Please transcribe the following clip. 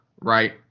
Right